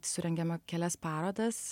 surengėme kelias parodas